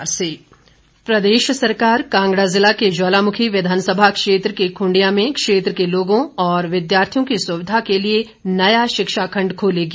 मुख्यमंत्री प्रदेश सरकार कांगड़ा जिला के ज्वालामुखी विधानसभा क्षेत्र के खुंडियां में क्षेत्र के लोगों और विद्यार्थियों की सुविधा के लिए नया शिक्षा खंड खोलेगी